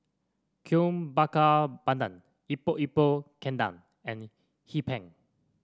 Kuih Bakar Pandan Epok Epok Kentang and Hee Pan